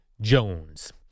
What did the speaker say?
Jones